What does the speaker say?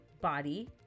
body